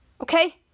Okay